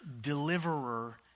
deliverer